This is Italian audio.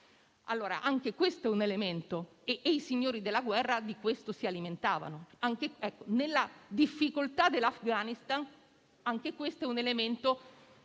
del papavero da oppio e i signori della guerra di questo si alimentavano. Nella difficoltà dell'Afghanistan, anche questo è un elemento